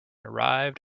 arrived